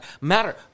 matter